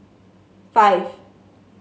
five